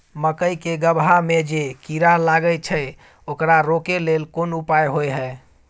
मकई के गबहा में जे कीरा लागय छै ओकरा रोके लेल कोन उपाय होय है?